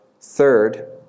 third